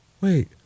wait